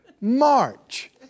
March